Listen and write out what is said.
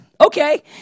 okay